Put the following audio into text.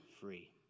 free